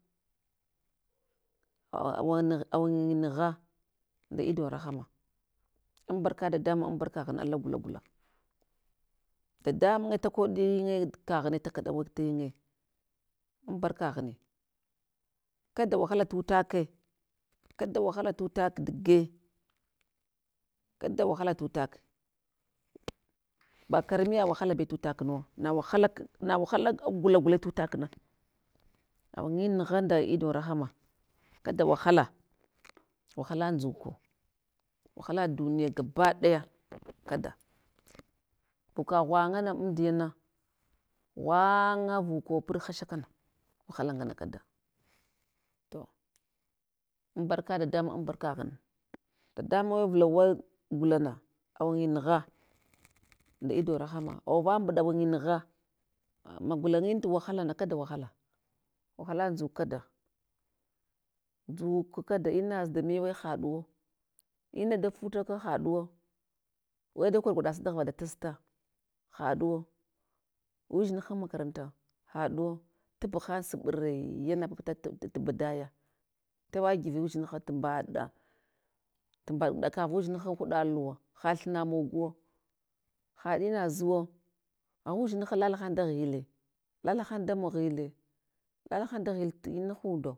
Aa awanig awanyimugha an da idon rahama, an barka dadamun an barka ghun ala gula gula. Dadamunye takoɗinye kagh ne takaɗa nighe, an barka ghune, kada wahala tutake, kada wahala tutak dige, kada wahala tutak bakarami ya waha abe tutuknawa, awanyin nugha nda idon rahama kada wahala wahala ndzuko, wahala duniya ga baɗaya kada vuka ghwanga amdiyal na ghwanga vuko puɗ hasha kana wahala ngana kada, to anbarka dadamun an barkaghun, dadamun we vulawa gulana, awanyinugha nda idon rahama awava mɓuɗa awanyinugha a magulanyil wahalana kada wahala, wahala ndzuk kada, ndzuk kada inaz damewe haɗuwa mada futaka haɗuwa, we da kor gwaɗa suɗaghuva datasta haɗuwo udzinhan makaranta haɗuwa tuɗughhan suɗuriya na paputat badaya tuwegive udzinha tumɓaɗa, lumbaɗakav udzinha an huɗa luwa, ha thuna moguwo, haina zuwa, agha udzinha lalahan da ghile, lalahan da mog ghile, lalahan da ghile tina hundo.